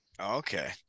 Okay